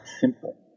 simple